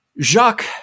Jacques